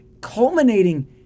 culminating